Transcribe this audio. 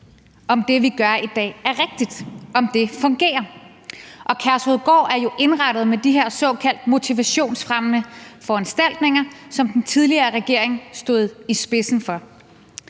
om det, vi gør i dag, er rigtigt, om det fungerer. Og Kærshovedgård er jo indrettet med de her såkaldte motivationsfremmende foranstaltninger, som den tidligere regering stod i spidsen for.